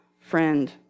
friend